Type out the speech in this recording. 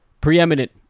preeminent